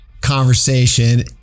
conversation